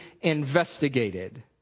investigated